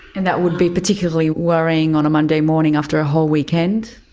and that would be particularly worrying on a monday morning after a whole weekend?